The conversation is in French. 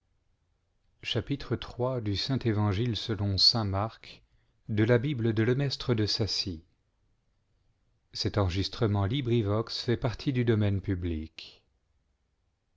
de chasser le démon du corps de sa fille